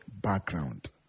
background